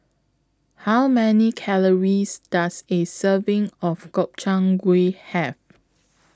How Many Calories Does A Serving of Gobchang Gui Have